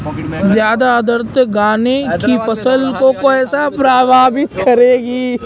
ज़्यादा आर्द्रता गन्ने की फसल को कैसे प्रभावित करेगी?